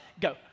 go